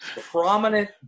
Prominent